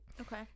Okay